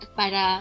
para